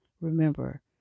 Remember